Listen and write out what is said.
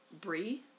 brie